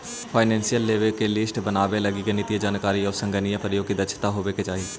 financial लेवे के list बनावे लगी गणितीय जानकारी आउ संगणकीय प्रयोग में दक्षता होवे के चाहि